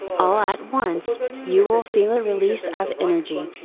all at once, you will feel a release of energy.